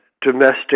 domestic